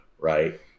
Right